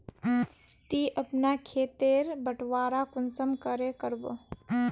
ती अपना खेत तेर बटवारा कुंसम करे करबो?